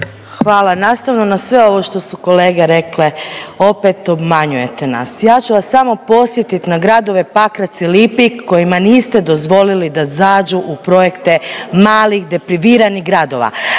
Hvala. Nastavno na sve ovo što su kolege rekle, opet obmanjujete nas. Ja ću vas samo podsjetit na gradove Pakrac i Lipik kojima niste dozvolili da zađu u projekte malih depriviranih gradova.